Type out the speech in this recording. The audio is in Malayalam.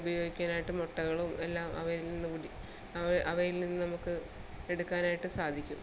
ഉപയോഗിക്കാനായിട്ട് മുട്ടകളും എല്ലാം അവയിൽ നിന്നൂരി അവ അവയിൽനിന്നമ്മക്ക് എടുക്കാനായിട്ട് സാധിക്കും